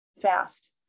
fast